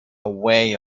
way